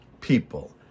people